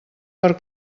per